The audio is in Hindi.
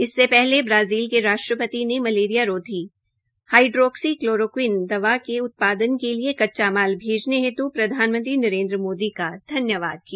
इससे पहले ब्राज़ील के राष्ट्रपति ने मलेरिया रोधी हाईड्रोक्सी क्लोरोक्वीन दवा के उत्पादन के लिए कच्चा माल भेजने हेतु प्रधानमंत्री नरेन्द्र मोदी का धन्यवाद किया